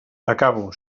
acabo